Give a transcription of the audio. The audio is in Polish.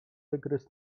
tygrys